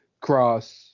Cross